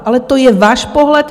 Ale to je váš pohled.